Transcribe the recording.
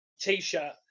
t-shirt